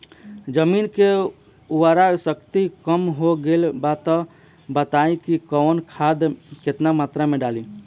जमीन के उर्वारा शक्ति कम हो गेल बा तऽ बताईं कि कवन खाद केतना मत्रा में डालि?